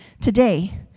today